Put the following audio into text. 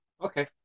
Okay